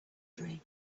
dream